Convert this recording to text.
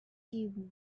you